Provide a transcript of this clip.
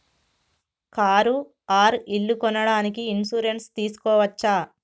Car or ఇల్లు కొనడానికి insurance తీస్కోవచ్చా?